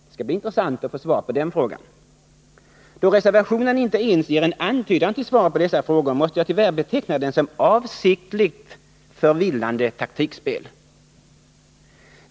Det skall bli intressant att få svar på den frågan. Då reservationen inte ens ger en antydan till svar på dessa frågor måste jag tyvärr beteckna den som avsiktligt förvillande taktikspel.